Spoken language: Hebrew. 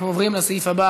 אנחנו עוברים לסעיף הבא